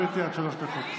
בבקשה, גברתי, עד שלוש דקות.